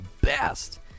best